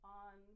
on